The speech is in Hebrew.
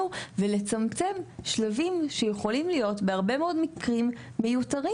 ולצמצם שלבים שיכולים להיות בהרבה מאוד מקרים מיותרים,